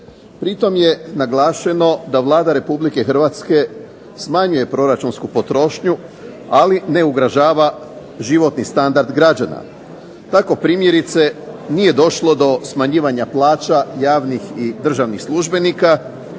Pri tome je naglašeno da Vlada Republike Hrvatske smanjuje proračunsku potrošnju, ali ne ugrožava životni standard građana. Tako primjerice nije došlo do smanjivanja plaća javnih i državnih službenika,